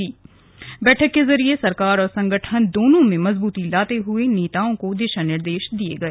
गौरतल है कि बैठक के जरिए सरकार और संगठन दोनों में मजबूती लाते हुए नेताओं को दिशानिर्देश दिए गए